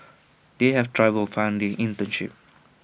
they have trouble finding internship